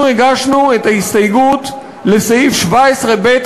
אנחנו הגשנו את ההסתייגות בסעיף 17ב,